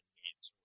games